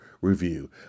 review